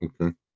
Okay